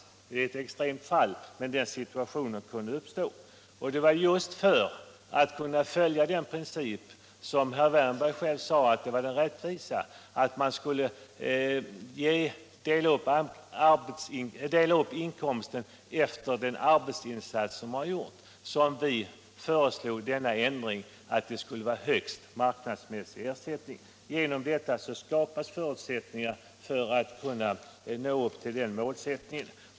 Det är ett extremt fall, men den situationen skulle kunna uppstå. Det var just för att kunna följa den princip som herr Wärnberg själv sade vara rättvis — att man skulle dela inkomsten efter den arbetsinsats som gjorts — som vi föreslog den ändringen att det skulle utgå högst marknadsmässig ersättning. Genom vårt förslag skapas förutsättningar för att nå det uppställda målet.